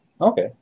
okay